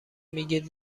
میگید